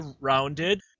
rounded